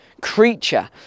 creature